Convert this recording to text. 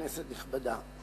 כנסת נכבדה,